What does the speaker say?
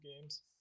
games